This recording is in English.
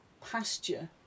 pasture